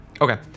Okay